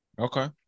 Okay